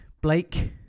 Blake